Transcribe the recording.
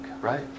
Right